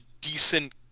decent